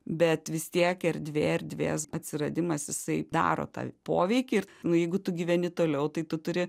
bet vis tiek erdvė erdvės atsiradimas jisai daro tą poveikį ir nu jeigu tu gyveni toliau tai tu turi